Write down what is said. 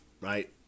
right